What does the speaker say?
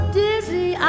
dizzy